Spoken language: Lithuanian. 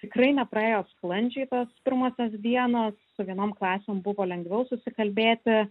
tikrai nepraėjo sklandžiai tos pirmosios dienos su vienom klasėm buvo lengviau susikalbėti